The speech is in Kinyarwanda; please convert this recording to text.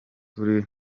uri